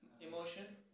Emotion